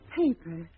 paper